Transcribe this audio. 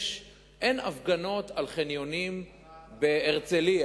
אין הפגנות על חניונים בהרצלייה,